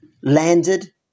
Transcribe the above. landed